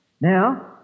Now